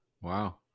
Wow